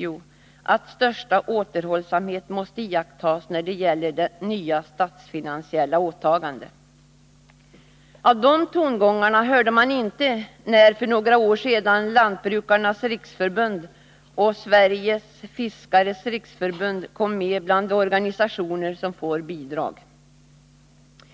Jo, att ”största återhållsamhet måste iakttas när det gäller nya statsfinansiella åtaganden”. De tongångarna hörde man inte för några år sedan när Lantbrukarnas riksförbund och Sveriges fiskares riksförbund kom med bland de organisationer som får bidrag.